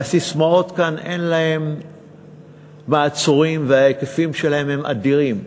והססמאות כאן אין להן מעצורים וההיקפים שלהן אדירים.